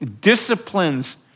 disciplines